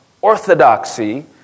orthodoxy